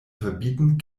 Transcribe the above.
verbieten